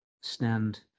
stand